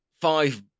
five